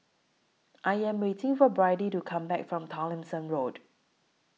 I Am waiting For Byrdie to Come Back from Tomlinson Road